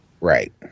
Right